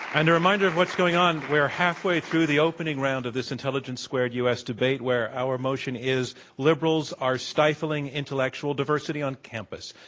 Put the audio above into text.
and a reminder of what's going on. we are halfway through the opening round of this intelligence squared u. s. debate where our motion is liberals are stifling intellectual diversity on campus.